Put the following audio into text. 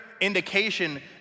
indication